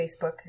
Facebook